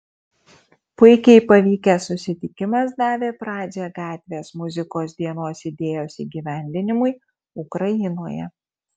puikiai pavykęs susitikimas davė pradžią gatvės muzikos dienos idėjos įgyvendinimui ukrainoje